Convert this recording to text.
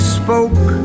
spoke